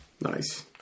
Nice